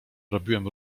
robiłem